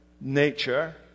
nature